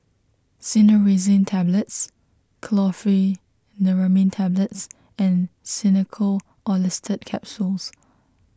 Cinnarizine Tablets Chlorpheniramine Tablets and Xenical Orlistat Capsules